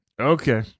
Okay